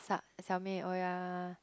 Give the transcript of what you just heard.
小妹 oh ya